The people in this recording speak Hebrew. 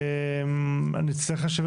נצטרך לשבת